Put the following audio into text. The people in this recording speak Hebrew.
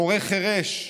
מורה חירש?